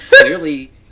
clearly